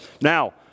Now